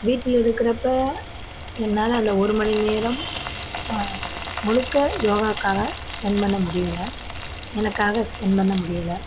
வீட்டில் இருக்கிறப்ப என்னால் அந்த ஒரு மணி நேரம் முழுக்க யோகாவுக்காக ஸ்பென்ட் பண்ண முடியலை எனக்காக ஸ்பென்ட் பண்ண முடியலை